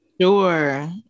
Sure